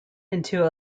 into